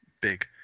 big